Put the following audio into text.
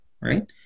right